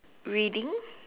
reading